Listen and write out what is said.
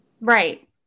right